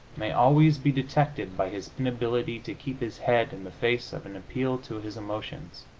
may always be detected by his inability to keep his head in the face of an appeal to his emotions.